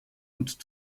und